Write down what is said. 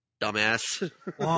Dumbass